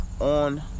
on